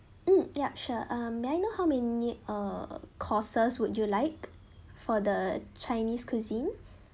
mm yup sure um may I know how many uh courses would you like for the chinese cuisine